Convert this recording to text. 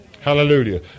Hallelujah